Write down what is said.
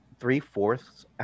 three-fourths